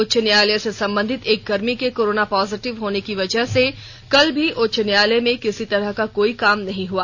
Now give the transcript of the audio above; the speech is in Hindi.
उच्च न्यायालय से संबंधित एक कर्मी के कोरोना पॉजिटिव होने की वजह से कल भी उच्च न्यायालय में किसी तरह का कोई काम नहीं हुआ